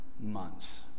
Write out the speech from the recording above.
months